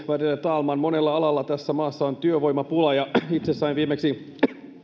värderade talman monella alalla tässä maassa on työvoimapula ja itse sain viimeksi